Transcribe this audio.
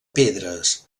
pedres